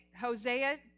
Hosea